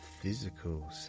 physical